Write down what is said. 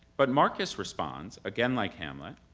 but marcus responds, again like hamlet,